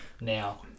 now